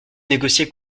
négocier